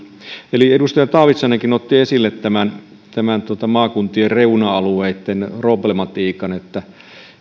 ollut edustaja taavitsainenkin otti esille tämän tämän maakuntien reuna alueitten problematiikan että